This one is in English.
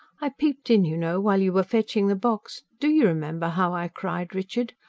i peeped in, you know, while you were fetching the box. do you remember how i cried, richard?